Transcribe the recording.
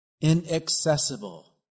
inaccessible